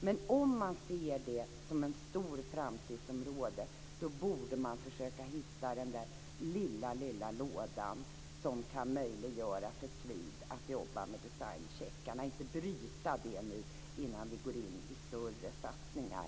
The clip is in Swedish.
Men om man ser det som ett stort framtidsområde borde man försöka hitta den där lilla lådan som kan möjliggöra för SVID att jobba med designcheckarna och inte bryta det nu innan vi går in i större satsningar.